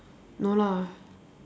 no lah